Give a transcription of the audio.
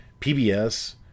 PBS